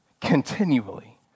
continually